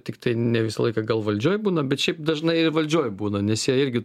tiktai ne visą laiką gal valdžioj būna bet šiaip dažnai ir valdžioj būna nes jie irgi